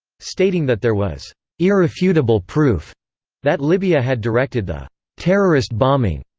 stating that there was irrefutable proof that libya had directed the terrorist bombing,